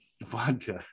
vodka